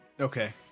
Okay